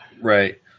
Right